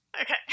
Okay